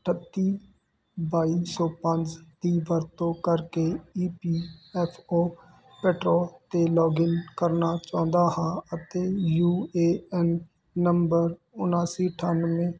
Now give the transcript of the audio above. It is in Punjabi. ਅਠੱਤੀ ਬਾਈ ਸੌ ਪੰਜ ਦੀ ਵਰਤੋਂ ਕਰਕੇ E P F O portal 'ਤੇ ਲੋਗਿੰਨ ਕਰਨਾ ਚਾਹੁੰਦਾ ਹਾਂ ਅਤੇ ਯੂ ਏ ਐੱਨ ਨੰਬਰ ਉਣਾਸੀ ਅਠਾਨਵੇਂ